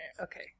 Okay